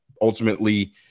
ultimately